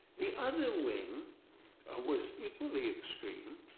the other wing was equally extreme.